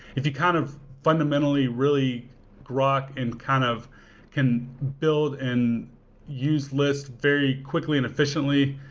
if you kind of fundamentally really brought and kind of can build and use list very quickly and efficiently,